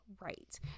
right